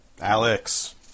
Alex